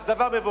שזה דבר מבורך.